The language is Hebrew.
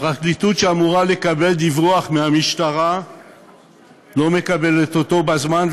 הפרקליטות שאמורה לקבל דיווח מהמשטרה לא מקבלת אותו בזמן,